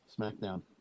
SmackDown